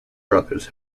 brothers